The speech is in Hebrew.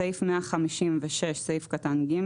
בסעיף 156(ג)